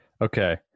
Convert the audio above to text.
Okay